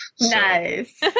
Nice